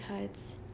cuts